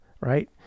right